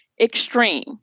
extreme